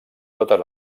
totes